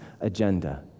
agenda